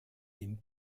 dem